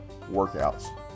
workouts